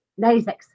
96